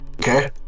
Okay